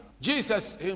Jesus